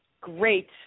Great